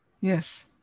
Yes